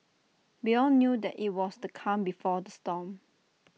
we all knew that IT was the calm before the storm